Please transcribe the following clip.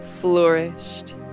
flourished